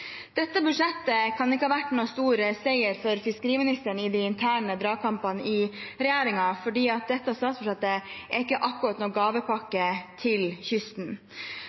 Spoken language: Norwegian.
Dette budsjettet kan ikke ha vært noen stor seier for fiskeriministeren i de interne dragkampene i regjeringen, for statsbudsjettet er ikke akkurat noen gavepakke til kysten.